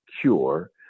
cure